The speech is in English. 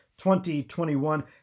2021